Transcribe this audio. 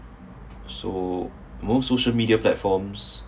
so more social media platforms